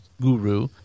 guru